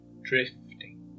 drifting